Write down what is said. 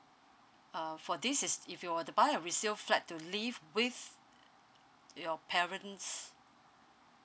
uh for this is if you were to buy a resale flat to live with your parents